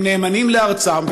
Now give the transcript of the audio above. הם נאמנים לארצם,